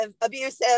abusive